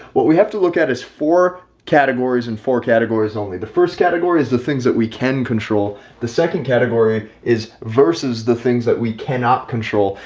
what we have to look at is four categories and four categories only. the first category is the things that we can control. the second category is versus the things that we cannot control.